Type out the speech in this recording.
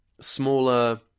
smaller